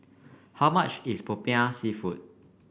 how much is Popiah seafood